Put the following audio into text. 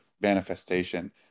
manifestation